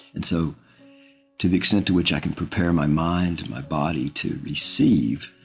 and so to the extent to which i can prepare my mind and my body to receive,